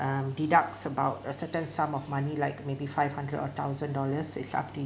um deducts about a certain sum of money like maybe five hundred or thousand dollars it's up to you